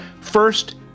First